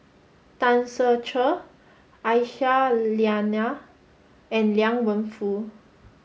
Tan Ser Cher Aisyah Lyana and Liang Wenfu